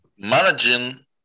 managing